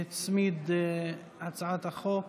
הצמיד את הצעת החוק